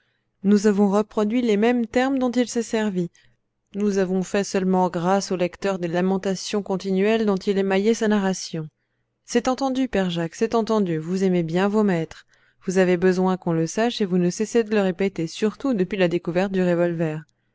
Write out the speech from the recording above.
nous avons reproduit les termes mêmes dont il s'est servi nous avons fait seulement grâce au lecteur des lamentations continuelles dont il émaillait sa narration c'est entendu père jacques c'est entendu vous aimez bien vos maîtres vous avez besoin qu'on le sache et vous ne cessez de le répéter surtout depuis la découverte du revolver